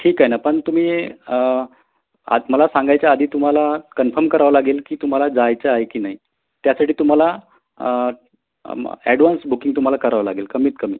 ठीक आहे ना पण तुम्ही आत मला सांगायच्या आधी तुम्हाला कन्फम करावं लागेल की तुम्हाला जायचं आहे की नाही त्यासाठी तुम्हाला अॅडव्हान्स बुकिंग तुम्हाला करावं लागेल कमीतकमी